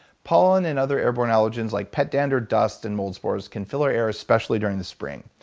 pollen and other airborne allergens, like pet dander dust and mold spores, can fill our air, especially during the spring.